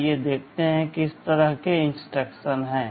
आइए देखते हैं कि किस तरह के इंस्ट्रक्शन हैं